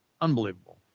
Unbelievable